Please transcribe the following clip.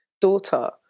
daughter